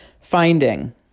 Finding